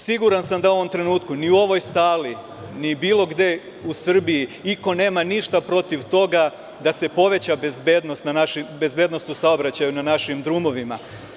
Siguran sam da u ovom trenutku ni u ovoj sali, ni bilo gde u Srbiji niko nema ništa protiv toga da se poveća bezbednost u saobraćaju na našim drumovima.